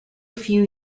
few